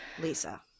Lisa